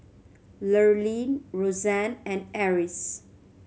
Lurline Rozanne and Eris